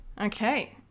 Okay